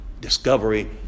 Discovery